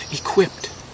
equipped